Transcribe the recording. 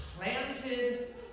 Planted